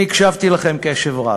אני הקשבתי לכם קשב רב.